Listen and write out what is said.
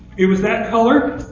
it was that color.